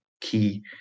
key